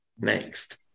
next